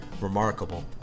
remarkable